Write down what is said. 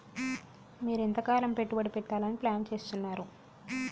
మీరు ఎంతకాలం పెట్టుబడి పెట్టాలని ప్లాన్ చేస్తున్నారు?